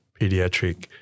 pediatric